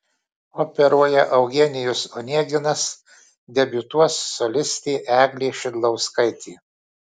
operoje eugenijus oneginas debiutuos solistė eglė šidlauskaitė